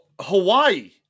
Hawaii